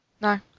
No